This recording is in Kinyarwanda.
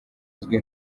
uzwi